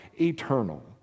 eternal